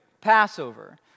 Passover